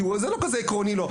כי זה לא כזה עקרוני לו,